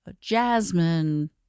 jasmine